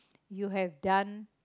you have done